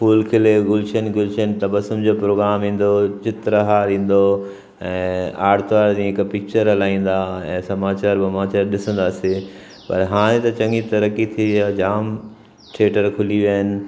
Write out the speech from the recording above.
full खिले गुलशन गुलशन तबस्सुम जो प्रोग्राम ईंदो हुओ चित्रकार ईंदो हुओ ऐं आर्तवारु ॾींहुं हिकु पिचर हलाईंदा हुआ ऐं समाचार वमाचार ॾिसंदासीं पर हाणे त चङी तरक़ी थी वई आहे जाम थिएटर खुली विया आहिनि